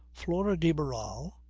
flora de barral,